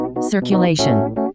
Circulation